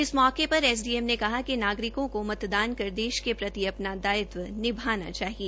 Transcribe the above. इस मौके पर एस डी एम ने कहा कि नागरिकों को मतदान कर देश के प्रति अपना दायित्व निभाना चाहिए